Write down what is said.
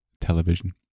television